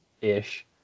ish